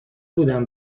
بودم